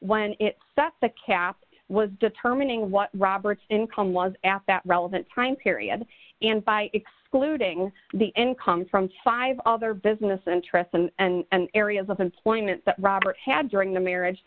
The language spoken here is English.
when it sets a cap was determining what robert's income was asked that relevant time period and by excluding the income from chive other business interests and areas of employment that robert had during the marriage